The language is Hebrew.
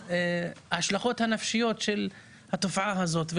ההשלכות הנפשיות של התופעה הזאת.